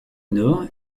nord